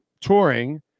touring